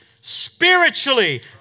spiritually